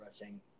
rushing